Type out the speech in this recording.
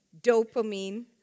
Dopamine